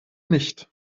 nicht